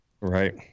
Right